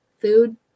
food